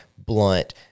Blunt